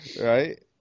Right